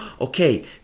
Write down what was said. okay